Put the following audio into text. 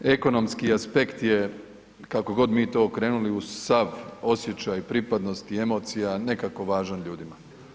Ekonomski aspekt je kako god mi to okrenuli uz sav osjećaj pripadnosti emocija nekako važan ljudima.